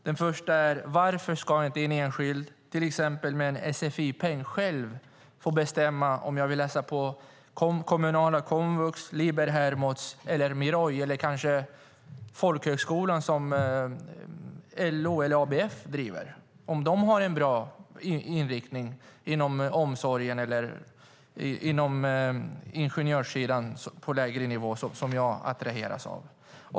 Den första frågan gäller varför en enskild, till exempel med en sfi-peng, inte själv kan få bestämma om man vill läsa på kommunala komvux, Liber, Hermods, Miroi eller kanske en folkhögskola som LO eller ABF driver om de har en bra inriktning inom omsorgen eller på ingenjörssidan på lägre nivå som man attraheras av.